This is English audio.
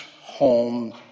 home